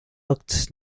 ucht